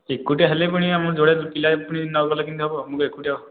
ଏକୁଟିଆ ହେଲେ ପୁଣି ଆମେ ଯୋଡ଼େ ପିଲାଏ ପୁଣି ନଗଲେ କେମିତି ହେବ ମୁଁ ତ ଏକୁଟିଆ